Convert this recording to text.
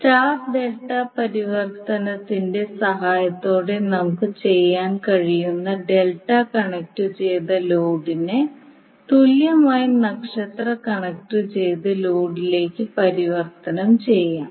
star delta പരിവർത്തനത്തിന്റെ സഹായത്തോടെ നമുക്ക് ചെയ്യാൻ കഴിയുന്ന ഡെൽറ്റ കണക്റ്റുചെയ്ത ലോഡിനെ തുല്യമായ നക്ഷത്ര കണക്റ്റു ചെയ്ത ലോഡിലേക്ക് പരിവർത്തനം ചെയ്യാം